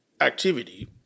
activity